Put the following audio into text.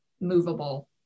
movable